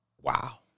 Wow